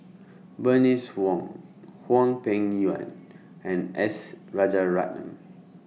Bernice Wong Hwang Peng Yuan and S Rajaratnam